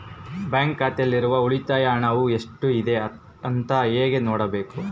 Bank ಖಾತೆಯಲ್ಲಿರುವ ಉಳಿತಾಯ ಹಣವು ಎಷ್ಟುಇದೆ ಅಂತ ಹೇಗೆ ನೋಡಬೇಕು?